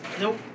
Nope